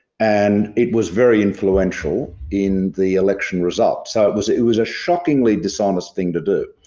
and it was very influential in the election results. so it was it was a shockingly dishonest thing to do.